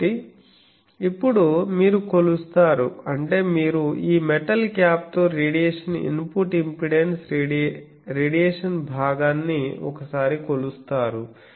కాబట్టి ఇప్పుడు మీరు కొలుస్తారు అంటే మీరు ఈ మెటల్ క్యాప్ తో రేడియేషన్ ఇన్పుట్ ఇంపెడెన్స్ రేడియేషన్ భాగాన్ని ఒకసారి కొలుస్తారు